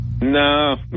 No